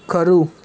ખરું